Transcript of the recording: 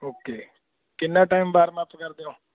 okay ਕਿੰਨਾ time warm up ਕਰਦੇ ਹੋ